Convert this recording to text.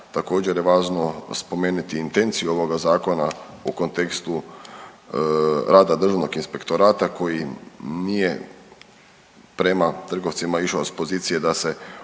Također je važno spomenuti intenciju ovoga zakona u kontekstu rada Državnog inspektorata koji nije prema trgovcima išao s pozicije da se odmah